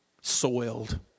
soiled